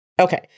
Okay